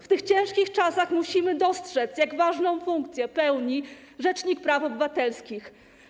W tych ciężkich czasach musimy dostrzec, jak ważną funkcję pełni rzecznik praw obywatelskich.